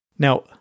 Now